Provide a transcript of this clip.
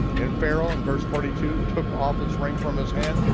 and pharaoh, in verse forty two, took off his ring from his hand,